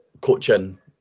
coaching